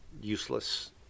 useless